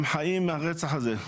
הם חיים מהרצח הזה,